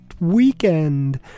weekend